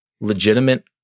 legitimate